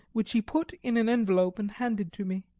which he put in an envelope and handed to me.